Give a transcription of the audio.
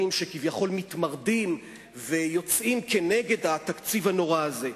שכביכול מתמרדים ויוצאים כנגד התקציב הנורא הזה: